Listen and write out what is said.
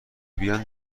بیان